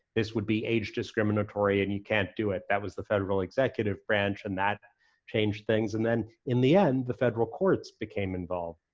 this would be age discriminatory and you can't do it, that was the federal executive branch, and that changed things. and then in the end the federal courts became involved.